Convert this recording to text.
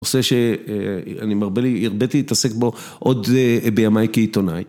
נושא שאני הרבתי להתעסק בו עוד בימיי כעיתונאי.